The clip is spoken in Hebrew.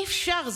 אי-אפשר,